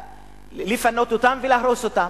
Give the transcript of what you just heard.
שרוצים לפנות אותם ולהרוס אותם.